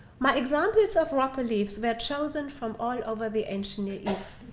my examples of rock reliefs were chosen from all over the ancient east.